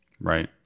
Right